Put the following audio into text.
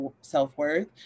self-worth